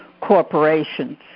corporations